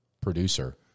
producer